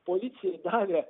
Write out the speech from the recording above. policijai davė